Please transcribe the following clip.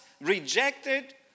rejected